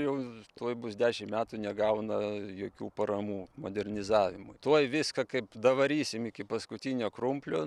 jau tuoj bus dešim metų negauna jokių paramų modernizavimui tuoj viską kaip davarysim iki paskutinio krumplio